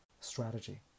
strategy